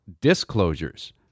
disclosures